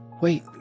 wait